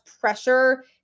pressure